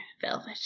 velvet